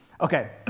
Okay